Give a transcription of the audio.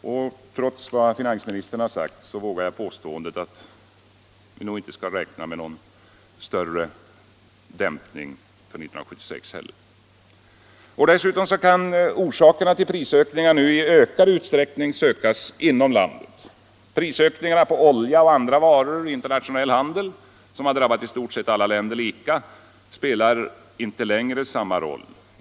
Och trots vad finansministern har sagt vågar jag påstå att vi inte kan räkna med någon större dämpning för 1976. Dessutom kan orsakerna till prisökningarna nu i ökad utsträckning sökas inom landet. Prisökningarna på olja och andra varor i internationell handel, som i stort sett har drabbat alla länder lika, spelar inte längre samma roll.